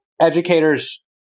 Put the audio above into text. educators